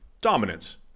dominance